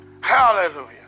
Hallelujah